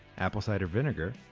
apple cider vinegar